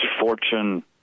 fortune